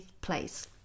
place